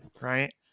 Right